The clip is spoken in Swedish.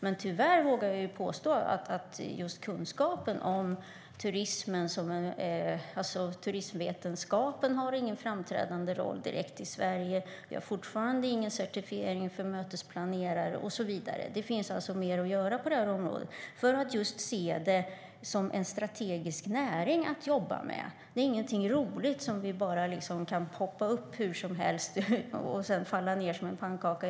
Men tyvärr vågar jag påstå att turistvetenskapen inte direkt har någon framträdande roll i Sverige, vi har fortfarande ingen certifiering för mötesplanerare och så vidare. Det finns alltså mer att göra på det här området, just för att se det som en strategisk näring att jobba med. Det är inte något roligt som liksom bara kan poppa upp hur som helst och sedan falla ned som en pannkaka.